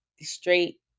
straight